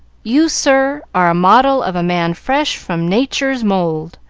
you, sir, are a model of a man fresh from natur's mould.